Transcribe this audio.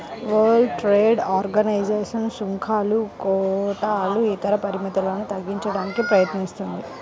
world trade organization సుంకాలు, కోటాలు ఇతర పరిమితులను తగ్గించడానికి ప్రయత్నిస్తుంది